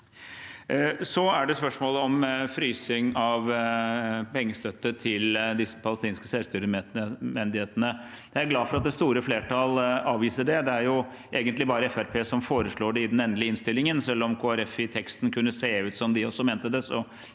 Så er det spørsmålet om frysing av pengestøtte til de palestinske selvstyremyndighetene. Jeg er glad for at det store flertallet avviser det. Det er jo egentlig bare Fremskrittspartiet som foreslår det i den endelige innstillingen. Selv om Kristelig Folkeparti i teksten kunne se ut som de også mente det,